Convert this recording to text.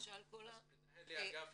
למשל כל ה- -- אז מנהלי האגפים